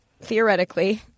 theoretically